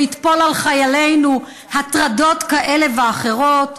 לטפול על חיילינו הטרדות כאלה ואחרות,